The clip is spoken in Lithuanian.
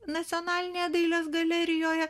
nacionalinėje dailės galerijoje